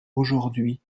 aujourd’hui